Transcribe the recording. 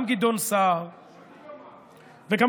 גם גדעון סער, וכמובן,